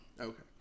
Okay